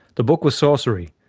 the book was sourcery,